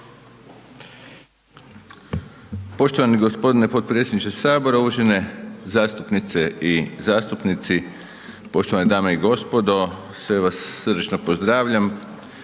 Poštovani gospodine potpredsjedniče sabora, uvažene zastupnice i zastupnici, poštovane dame i gospodo sve vas srdačno pozdravljam